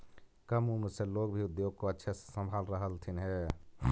कम उम्र से लोग भी उद्योग को अच्छे से संभाल रहलथिन हे